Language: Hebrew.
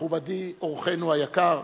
מכובדי אורחנו היקר,